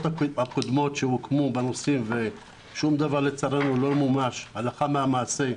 הקודמות שהוקמו בנושא ושום דבר לצערנו לא מומש הלכה למעשה,